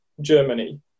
Germany